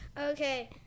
Okay